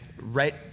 right